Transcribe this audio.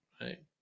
right